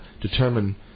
determine